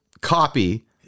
copy